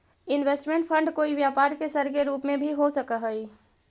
investment fund कोई व्यापार के सर के रूप में भी हो सकऽ हई